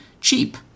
cheap